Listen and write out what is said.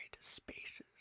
spaces